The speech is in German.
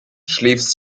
schläfst